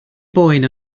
boen